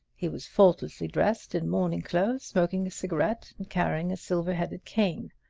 he was faultlessly dressed in morning clothes, smoking a cigarette and carrying a silver-headed cane.